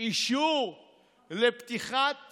אישור לפתיחת